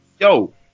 yo